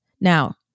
Now